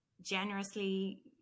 generously